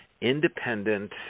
independent